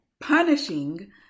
punishing